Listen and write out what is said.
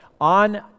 on